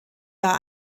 war